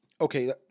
Okay